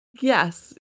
yes